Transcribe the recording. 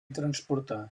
transportar